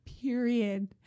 Period